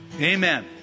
amen